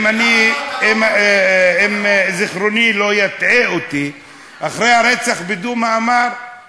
למה לו אתה לא אומר רעי